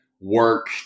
work